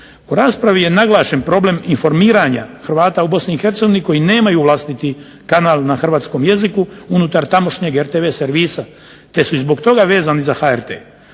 U raspravi je naglašen problem informiranja Hrvata u Bosni i Hercegovini koji nemaju vlastiti kanal na Hrvatskom jeziku unutar tamošnjeg RTV servisa te su i zbog toga vezani za HRT.